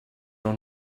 used